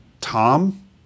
Tom